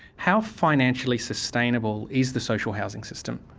how financially sustainable is the social housing system?